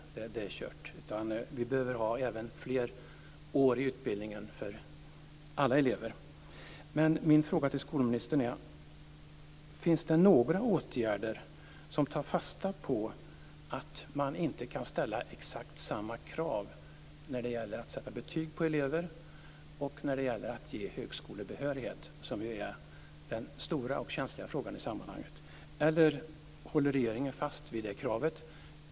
Det är kört. Vi behöver fler år i utbildning för alla elever. Men min fråga till skolministern är: Finns det några åtgärder som tar fasta på att man inte kan ställa exakt samma krav när det gäller att sätta betyg på elever och när det gäller att ge högskolebehörighet, som ju är den stora och känsliga frågan i sammanhanget? Håller regeringen fast vid det kravet?